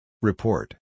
Report